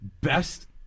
best